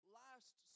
last